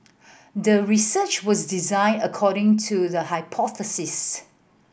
the research was designed according to the hypothesis